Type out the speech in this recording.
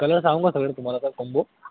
colour सांगू का सगळे तुम्हाला सर कॉम्बो